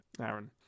aaron